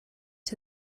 her